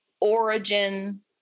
origin